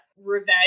revenge